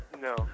No